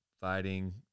fighting